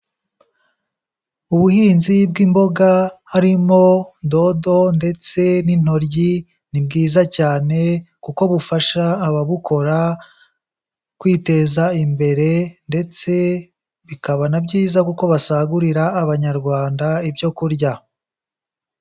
Ubuhinzi bw'imboga harimo dodo, ndetse n'intoryi, ni bwiza cyane kuko bufasha ababukora kwiteza imbere, ndetse bikaba na byiza kuko basagurira abanyarwanda, ibyo kurya.